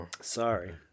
Sorry